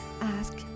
ask